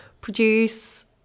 produce